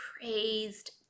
praised